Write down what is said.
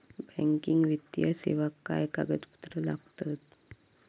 Banking वित्तीय सेवाक काय कागदपत्र लागतत?